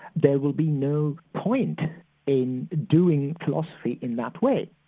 there will be no point in doing philosophy in that way.